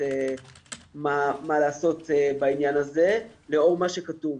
מה לעשות בעניין הזה לאור מה שכתוב.